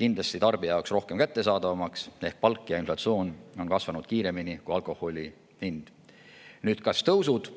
kindlasti tarbija jaoks rohkem kättesaadavaks ehk palk ja inflatsioon on kasvanud kiiremini kui alkoholi hind. Nüüd kas tõusud